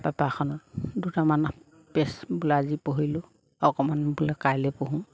পেপাৰখনত দুটামান পেজ বোলে আজি পঢ়িলোঁ অকণমান বোলে কাইলৈ পঢ়ো